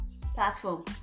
platform